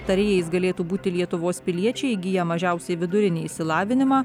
tarėjais galėtų būti lietuvos piliečiai įgiję mažiausiai vidurinį išsilavinimą